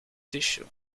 tissue